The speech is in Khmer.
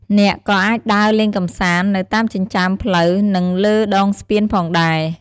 អ្នកក៏អាច ដើរលេងកម្សាន្ត នៅតាមចិញ្ចើមផ្លូវនិងលើដងស្ពានផងដែរ។